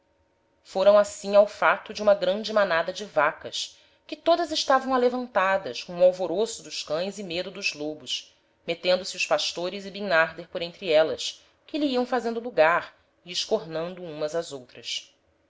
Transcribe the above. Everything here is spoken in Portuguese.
foram assim ao fato de uma grande manada de vacas que todas estavam alevantadas com o alvoroço dos cães e medo dos lobos metendo se os pastores e bimnarder por entre élas que lhe iam fazendo lugar e escornando umas ás outras